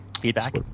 feedback